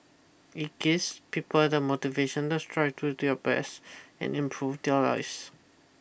it guess people the motivation to strive to do their best and improve their lives